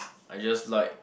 I just like